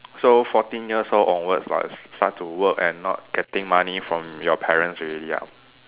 so fourteen years old onwards lah start to work and not getting money from your parents already ah